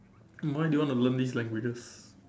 why do you want to learn these languages